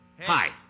hi